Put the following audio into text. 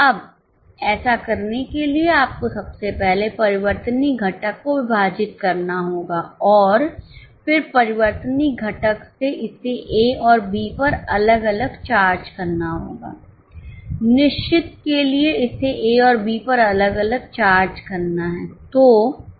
अब ऐसा करने के लिए आपको सबसे पहले परिवर्तनीय घटक को विभाजित करना होगा और फिर परिवर्तनीय घटक से इसे ए और बी पर अलग अलग चार्ज करना होगा निश्चित के लिए इसे ए और बीपर अलग अलग चार्ज करना है